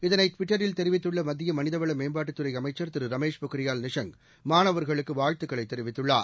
இதனை ட்விட்டரில் தெரிவித்துள்ள மத்திய மளிதவள மேம்பாட்டுத் துறை அமைச்சர் திரு ரமேஷ் பொக்ரியால் நிஷாங் மாணவர்களுக்கு வாழ்த்துக்களை தெரிவித்துள்ளார்